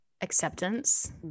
acceptance